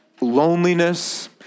loneliness